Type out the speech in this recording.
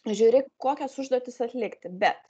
žiūri kokias užduotis atlikti bet